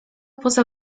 poza